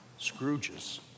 scrooges